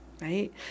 Right